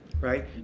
right